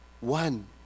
one